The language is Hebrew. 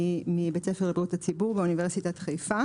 מבית הספר לבריאות הציבור באוניברסיטת חיפה